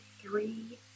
three